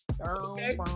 Okay